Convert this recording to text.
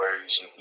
ways